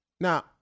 Now